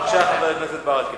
בבקשה, חבר הכנסת ברכה.